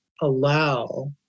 allow